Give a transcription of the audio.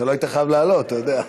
לא היית חייב לעלות, אתה יודע.